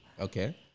Okay